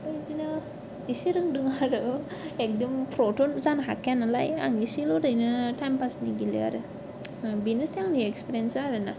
ओमफाय बिदिनो एसे रोंदों आरो एखदम प्रथ' जानो हाखानालाय आं एसेल' ओरैनो टाइम पासनि गेलेयो आरो बेनोसै आंनि एक्सपिरियेनसा आरो ना